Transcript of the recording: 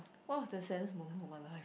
what was the saddest moment of my life